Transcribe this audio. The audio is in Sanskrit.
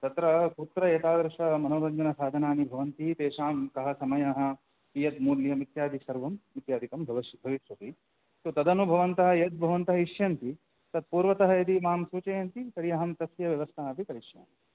तत्र कुत्र एतादृशमनोरञ्जनसाधनानि भवन्ति तेषां कः समयः कियत् मूल्यम् इत्यादिसर्वम् इत्यादिकं भविष्यति तदनुभवन्तः यद् भवन्तः इष्यन्ति तत्पूर्वतः यदि मां सूचयन्ति तर्हि अहं तस्य व्यवस्थाम् अपि करिष्यामि